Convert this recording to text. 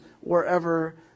wherever